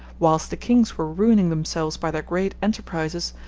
whilst the kings were ruining themselves by their great enterprises,